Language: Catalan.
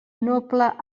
noble